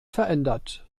verändert